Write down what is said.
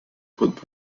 pod